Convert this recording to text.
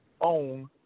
own